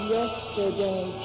yesterday